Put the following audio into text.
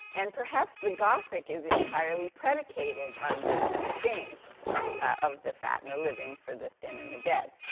and perhaps the gothic is entirely predicated on this exchange of the fat and the living for the thin and the dead.